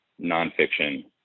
nonfiction